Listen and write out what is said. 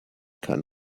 kann